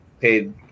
Paid